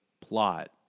plot